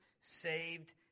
saved